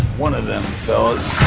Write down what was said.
one of them followers.